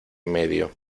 medio